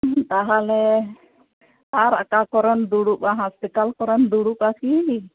ᱛᱟᱦᱚᱞᱮ ᱟᱨ ᱚᱠᱟ ᱠᱚᱨᱮᱢ ᱫᱩᱲᱩᱵᱟ ᱦᱚᱥᱯᱤᱴᱟᱞ ᱠᱚᱨᱮᱢ ᱫᱩᱲᱩᱵ ᱟᱠᱤ